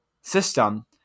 system